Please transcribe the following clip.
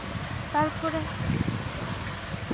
ᱛᱟᱨᱯᱚᱨᱮ